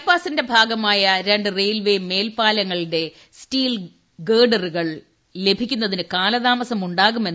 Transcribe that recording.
by പാസിന്റെ ഭാഗമായ രണ്ട് റെയിൽവേ മേൽപ്പാലങ്ങളുടെ സ്റ്റീൽ ഗിർഡറുകൾ ലഭിക്കുന്നതിന് കാലതാമസുണ്ടാകു ്റ്